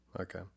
okay